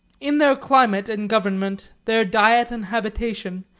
in their climate and government, their diet and habitation,